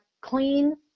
clean